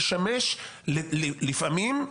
גם מה שיש לכם שמשמש לפעמים,